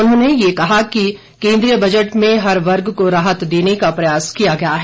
उन्होंने यह कहा कि केंद्रीय बजट में हर वर्ग को राहत देने का प्रयास किया गया है